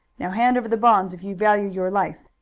now hand over the bonds, if you value your life.